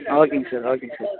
ஓகேங்க சார் ஓகேங்க சார்